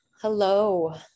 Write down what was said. Hello